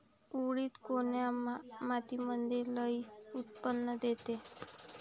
उडीद कोन्या मातीमंदी लई उत्पन्न देते?